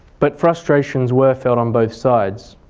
but frustrations were felt on both side.